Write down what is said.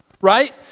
right